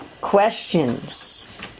questions